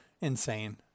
insane